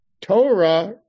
Torah